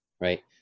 Right